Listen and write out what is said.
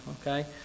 okay